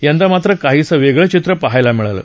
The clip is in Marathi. यंदा मात्र काहीसं वेगळं चित्र पहायला मिळालं